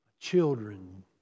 Children